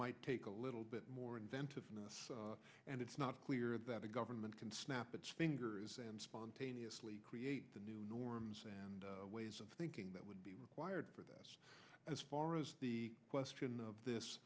might take a little bit more inventiveness and it's not clear that the government can snap its fingers and spontaneously create the new norms and ways of thinking that would be required for this as far as the question of this